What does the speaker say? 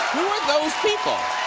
those people?